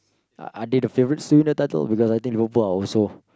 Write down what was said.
are are they the favourites to win the title because I think Liverpool are also